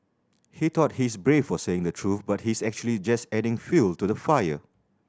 he thought he is brave for saying the truth but he is actually just adding fuel to the fire